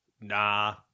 Nah